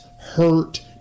hurt